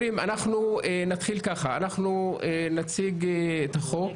אנחנו נציג את החוק